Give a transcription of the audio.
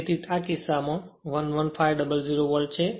તેથી હવે આ કિસ્સામાં 11500 વોલ્ટ છે